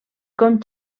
com